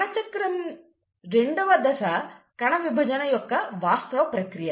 కణచక్రం రెండవ దశ కణవిభజన యొక్క వాస్తవ ప్రక్రియ